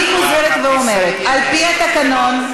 אני חוזרת ואומרת: על-פי התקנון,